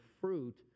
fruit